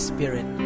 Spirit